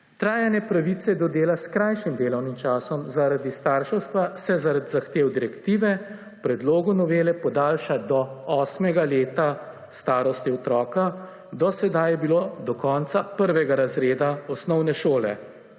Trajanje pravice do dela s krajšim delovnim časom zaradi starševstva, se zaradi zahtev Direktive, v Predlogu novele podaljša do 8. leta starosti otroka. Do sedaj je bilo do konca 1. razreda osnovne šole.